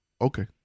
Okay